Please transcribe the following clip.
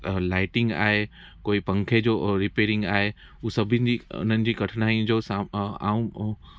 lighting आहे कोई पंखे जो रिपेयरिंग आहे उहा सभिनी जी उन्हनि जी कठिनाई जो सामिनो